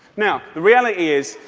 now, the reality is,